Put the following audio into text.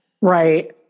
Right